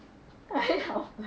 还好啦